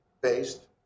based